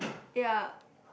yea